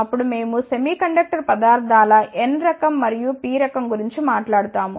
అప్పుడు మేము సెమీకండక్టర్ పదార్థాల n రకం మరియు p రకం గురించి మాట్లాడు తాము